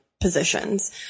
positions